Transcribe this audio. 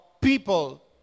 people